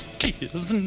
tears